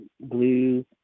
blue